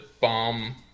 bomb